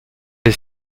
est